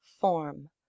form